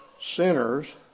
sinners